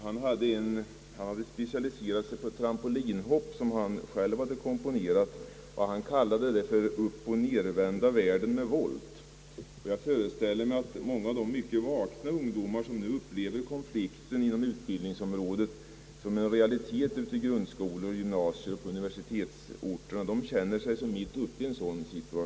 Han hade specialicerat sig på ett trampolinhopp som han själv komponerat. Han kallade det »upp och nedvända världen med volt». Jag föreställer mig att många av de vakna ungdomar vilka nu upplever konflikten inom utbildningsområdet som en realitet i grundskolor, gymnasier och universitet känner sig som mitt uppe i ett sådant hopp.